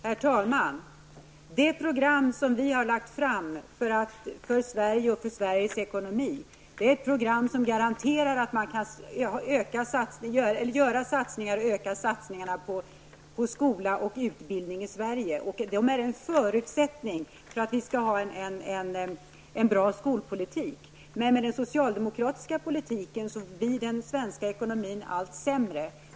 Herr talman! Det program som moderaterna har lagt fram för Sverige och Sveriges ekonomi garanterar att man kan öka satsningarna på skola och utbildning i Sverige. Det är en förutsättning för att vi skall kunna ha en bra skolpolitik. Med den socialdemokratiska politiken blir den svenska ekonomin allt sämre.